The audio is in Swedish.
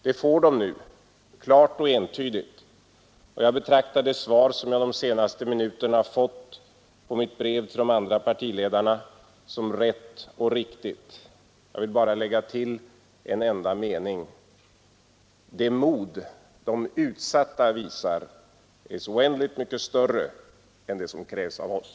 Det får de nu, klart och entydigt, och jag betraktar det svar som jag de senaste minuterna fått på mitt brev till de andra partiledarna som rätt och riktigt. Jag vill bara lägga till en enda mening — det mod de utsatta visar är så oändligt mycket större än det som krävs av oss.